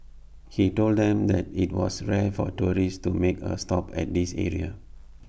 he told them that IT was rare for tourists to make A stop at this area